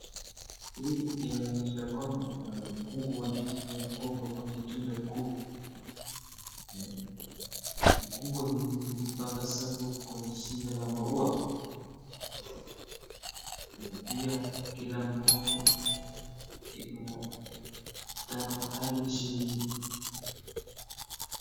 Hii inaonyesha ya kwamba kuna mkungu wa ndizi wa mgomba kwenye tunda kuu. Mkungo hizi hujipanga safu kwenye shine la maua. Na pia, kila mkungo iko na tano hadi ishirini .